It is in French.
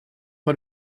pas